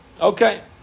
Okay